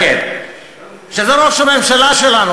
שזה ראש הממשלה שלנו,